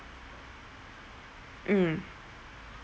mm